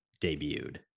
debuted